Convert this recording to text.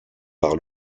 par